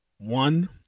One